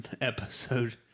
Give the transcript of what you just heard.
episode